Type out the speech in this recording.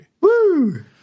Woo